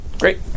Great